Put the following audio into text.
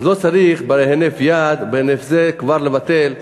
לא צריך בהינף יד כבר לבטל,